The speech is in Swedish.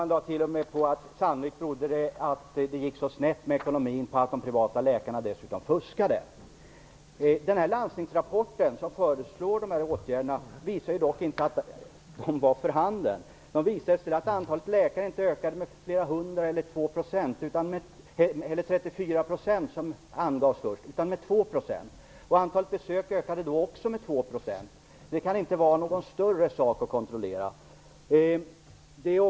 DN lade t.o.m. till att det faktum att det gick så snett med ekonomin sannolikt berodde på att de privata läkarna dessutom fuskade. Den landstingsrapport där de här åtgärderna föreslås visar dock inte att dessa förhållanden var för handen. Den visar i stället att antalet läkare ökat - inte med flera hundra eller 34 %, som angavs, utan med 2 %. Antalet besök ökade då också med 2 %. Det kan inte vara någon större sak att kontrollera detta.